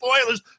spoilers